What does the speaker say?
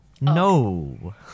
no